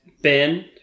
Ben